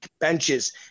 benches